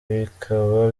bikaba